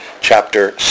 chapter